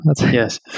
Yes